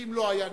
ואם לא היה נמצא,